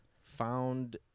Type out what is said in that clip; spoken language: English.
Found